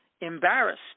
embarrassed